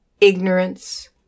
ignorance